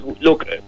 look